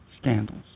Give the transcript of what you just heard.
scandals